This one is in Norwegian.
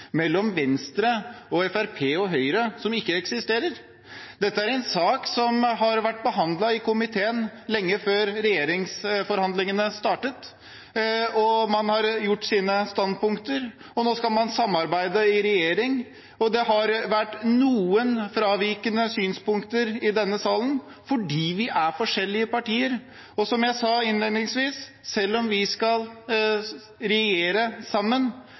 mellom Venstre, Fremskrittspartiet og Høyre som ikke eksisterer. Dette er en sak som har vært behandlet i komiteen lenge før regjeringsforhandlingene startet. Man har tatt sine standpunkter, og nå skal man samarbeide i regjering. Det har vært noen avvikende synspunkter i denne salen, fordi vi er forskjellige partier. Som jeg sa innledningsvis – selv om vi skal regjere sammen,